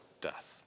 death